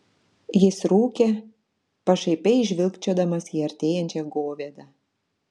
jis rūkė pašaipiai žvilgčiodamas į artėjančią govėdą